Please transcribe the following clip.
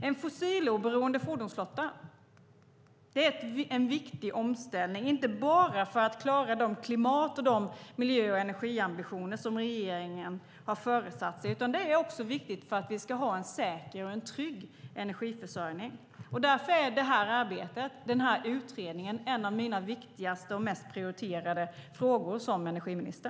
En fossiloberoende fordonsflotta är en viktig omställning inte bara för att klara de klimat-, miljö och energiambitioner som regeringen har föresatt sig, utan den är också viktig för att vi ska ha en säker och trygg energiförsörjning. Därför är det här arbetet och den här utredningen en av mina viktigaste och mest prioriterade frågor som energiminister.